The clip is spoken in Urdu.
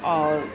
اور